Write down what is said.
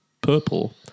purple